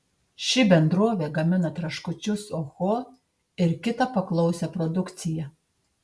ši bendrovė gamina traškučius oho ir kitą paklausią produkciją